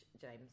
James